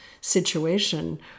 situation